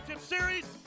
Series